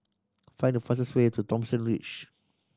find the fastest way to Thomson Ridge